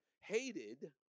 hated